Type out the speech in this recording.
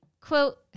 Quote